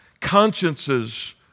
consciences